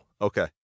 Okay